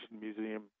museum